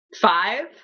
Five